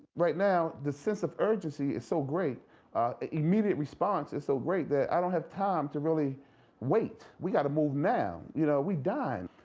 right now the sense of urgency is so great immediate response is so great that i don't have time to really wait. we've got to move now, you know, we are dying.